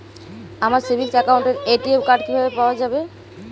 আমার সেভিংস অ্যাকাউন্টের ATM card কিভাবে পাওয়া যাবে?